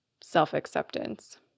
self-acceptance